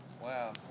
Wow